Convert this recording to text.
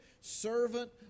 servant